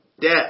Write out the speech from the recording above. Death